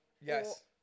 Yes